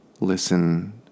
listen